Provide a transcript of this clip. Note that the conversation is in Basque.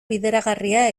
bideragarria